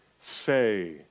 say